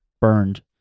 burned